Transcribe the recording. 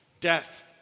death